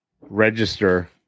register